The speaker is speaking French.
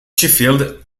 sheffield